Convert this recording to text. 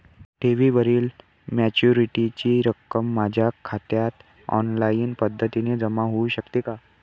ठेवीवरील मॅच्युरिटीची रक्कम माझ्या खात्यात ऑनलाईन पद्धतीने जमा होऊ शकते का?